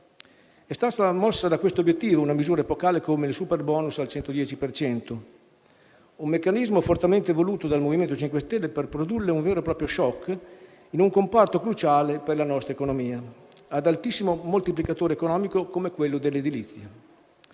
merita. È mossa da questo obiettivo una misura epocale come il superbonus al 110 per cento: un meccanismo fortemente voluto dal MoVimento 5 Stelle per produrre un vero e proprio *shock* in un comparto cruciale per la nostra economia e ad altissimo moltiplicatore economico come quello dell'edilizia.